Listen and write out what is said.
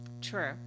true